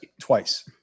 twice